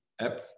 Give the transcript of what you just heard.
app